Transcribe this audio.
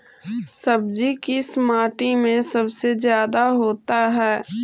सब्जी किस माटी में सबसे ज्यादा होता है?